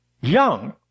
young